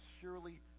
surely